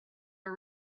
are